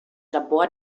labor